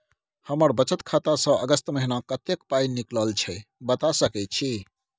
हमर बचत खाता स अगस्त महीना कत्ते पाई निकलल छै बता सके छि?